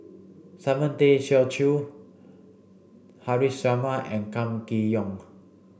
Simon Tay Seong Chee Haresh Sharma and Kam Kee Yong